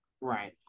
right